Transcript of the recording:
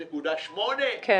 כן.